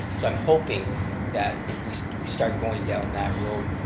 so i'm hoping that we we start going down that road